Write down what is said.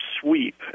sweep